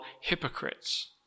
hypocrites